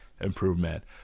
improvement